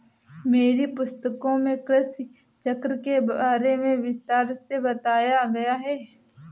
मेरी पुस्तकों में कृषि चक्र के बारे में विस्तार से बताया गया है